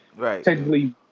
technically